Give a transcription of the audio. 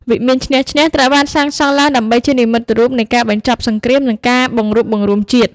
វិមានឈ្នះ-ឈ្នះ ត្រូវបានសាងសង់ឡើងដើម្បីជានិមិត្តរូបនៃការបញ្ចប់សង្គ្រាម និងការបង្រួបបង្រួមជាតិ។